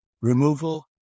Removal